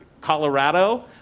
Colorado